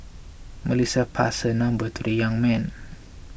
Melissa passed her number to the young man